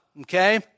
Okay